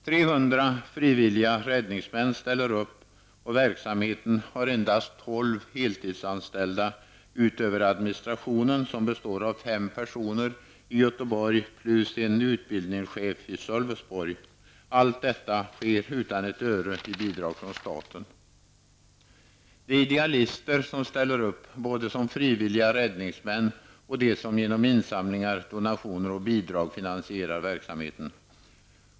300 frivilliga räddningsmän ställer upp, och verksamheten har endast 12 heltidsanställda förutom administrationen som består av 5 personer i Göteborg plus en utbildningschef i Sölvesborg. Allt detta sker utan ett öre i bidrag från staten. Det är idealister som ställer upp, både de som tjänstgör som frivilliga räddningsmän och de som genom insamlingar, donationer och bidrag finansierar verksamheten.